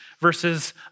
versus